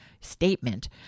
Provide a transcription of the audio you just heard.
statement